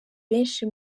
benshi